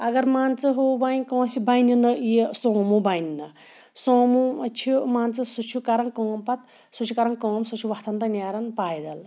اگر مان ژٕ ہُہ وۄنۍ کٲنٛسہِ بَنہِ نہٕ یہِ سوموٗ بَنہِ نہٕ سوموٗ چھِ مان ژٕ سُہ چھُ کَران کٲم پَتہٕ سُہ چھُ کَران کٲم سُہ چھُ وۄتھان تہٕ نیران پایدٕلۍ